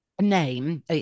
Name